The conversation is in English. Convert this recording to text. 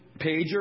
pager